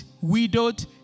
widowed